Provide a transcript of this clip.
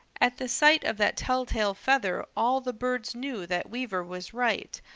at the sight of that telltale feather all the birds knew that weaver was right,